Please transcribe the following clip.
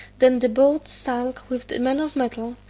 than the boat sunk with the man of metal,